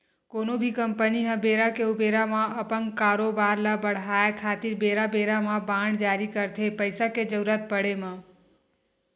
कोनो भी कंपनी ह बेरा के ऊबेरा म अपन कारोबार ल बड़हाय खातिर बेरा बेरा म बांड जारी करथे पइसा के जरुरत पड़े म